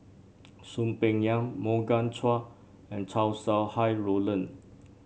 Soon Peng Yam Morgan Chua and Chow Sau Hai Roland